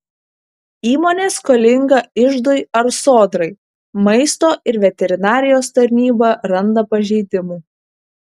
įmonė skolinga iždui ar sodrai maisto ir veterinarijos tarnyba randa pažeidimų